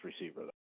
receiver